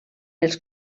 els